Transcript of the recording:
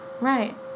right